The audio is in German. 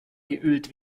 geölt